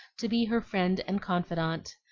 to be her friend and confidante,